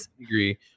agree